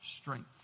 strength